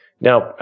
Now